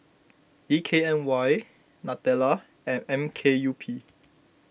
D K N Y Nutella and M K U P